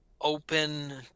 open